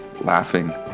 laughing